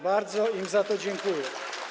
Bardzo im za to dziękuję.